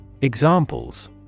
Examples